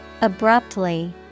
Abruptly